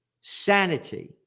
sanity